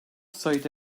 sayıda